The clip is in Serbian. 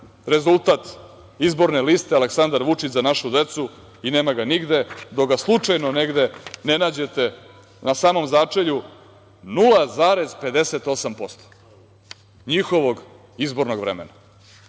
rezultat izborne liste Aleksandar Vučić – za našu decu i nema ga nigde, dok ga slučajno ne nađete na samom začelju 0,58% njihovog izbornog vremena.